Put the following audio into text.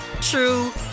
true